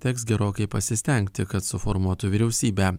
teks gerokai pasistengti kad suformuotų vyriausybę